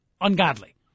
ungodly